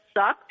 sucked